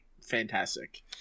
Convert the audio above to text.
fantastic